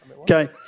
Okay